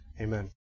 amen